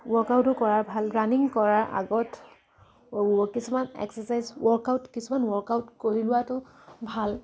ৱৰ্কআউটো কৰা ভাল ৰাণিং কৰাৰ আগত কিছুমান এক্সাৰচাইজ ৱৰ্কআউট কিছুমান ৱৰ্কআউট কৰি লোৱাটো ভাল